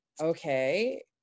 okay